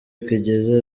kigeze